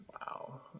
Wow